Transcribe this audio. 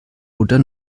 oder